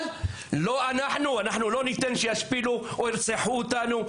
אנחנו לא ניתן שישפילו או ירצחו אותנו.